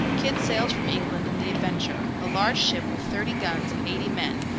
kidd sailed from england in the adventure, a large ship with thirty guns and eighty men,